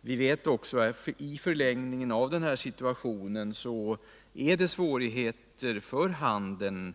Vi vet också att i förlängningen av den här situationen är det svårigheter för handeln.